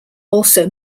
also